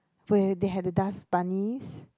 where they have to dust bunnies